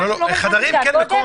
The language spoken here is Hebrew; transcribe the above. עוד פעם,